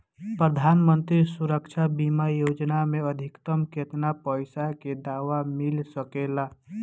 प्रधानमंत्री सुरक्षा बीमा योजना मे अधिक्तम केतना पइसा के दवा मिल सके ला?